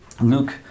Luke